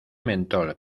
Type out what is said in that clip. mentol